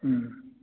ꯎꯝ